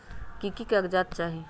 की की कागज़ात चाही?